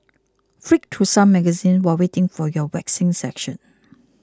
flick through some magazines while waiting for your waxing session